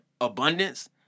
abundance